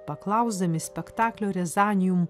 paklausdami spektaklio rezanijum